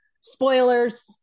spoilers